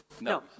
No